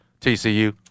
TCU